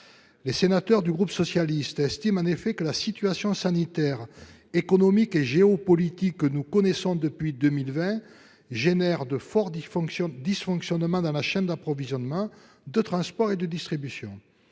Les sénateurs du groupe socialiste estiment en effet que la situation sanitaire, économique et géopolitique que nous connaissons depuis 2020 engendre de forts dysfonctionnements dans la chaîne d'approvisionnement, de transport et de distribution.